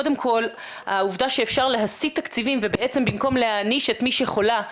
קודם כל העובדה שאפשר להסיט תקציבים ובעצם במקום להעניש את מי שחולה,